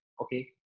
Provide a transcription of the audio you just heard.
okay